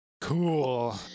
Cool